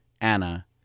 anna